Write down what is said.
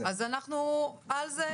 אז אנחנו על זה,